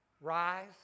rise